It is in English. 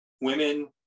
Women